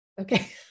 Okay